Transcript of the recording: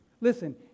Listen